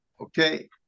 Okay